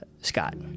scott